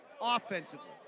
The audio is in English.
offensively